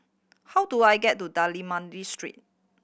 how do I get to Street